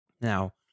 now